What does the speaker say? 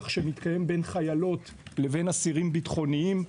שמתקיים בין חיילות לבין אסירים ביטחוניים.